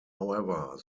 however